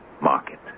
market